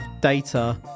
data